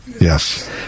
Yes